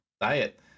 diet